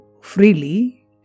freely